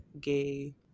gay